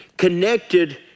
connected